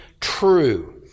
true